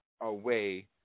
away